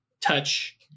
touch